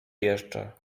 jeszcze